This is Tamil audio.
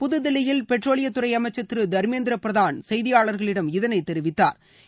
புதுதில்லியில் பெட்ரோலியம் துறை அமைச்சர் திரு தர்மேந்திர பிரதாள் செய்தியாளர்களிடம் இதனை தெரிவித்தாா்